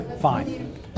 Fine